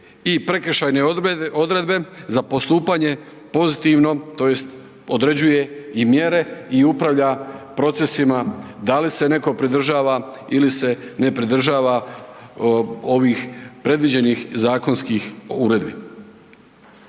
i prekršajne odredbe za postupanje pozitivnom, tj. određuje i mjere i upravlja procesima da li se netko pridržava ili se ne pridržava ovih predviđenih zakonskih uredbi.